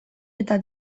eta